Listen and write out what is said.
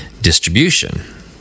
distribution